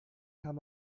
kann